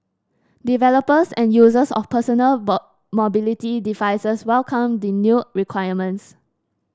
developers and users of personal mobility devices welcomed the new requirements